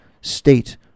state